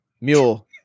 mule